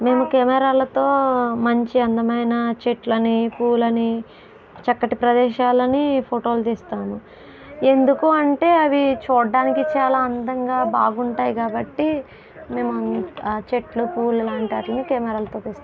నేను కెమెరాలతో మంచి అందమైన చెట్లని పూలని చక్కటి ప్రదేశాలని ఫోటోలు తీస్తాను ఎందుకు అంటే అవి చూడటానికి చాలా అందంగా బాగుంటాయి కాబట్టి మేము చెట్లు పూవులు లాంటి వాటిని కెమెరాలతో తీస్తాం